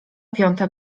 piąta